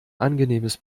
angenehmes